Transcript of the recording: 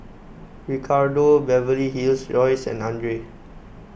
Ricardo Beverly Hills Royce and andre